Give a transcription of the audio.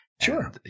Sure